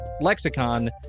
lexicon